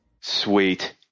Sweet